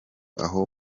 aho